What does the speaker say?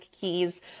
keys